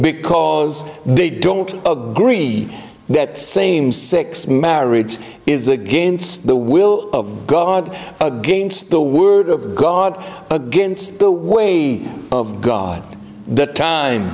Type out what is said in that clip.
because they don't agree that same six marriage is against the will of god against the word of god against the way of god the time